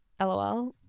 LOL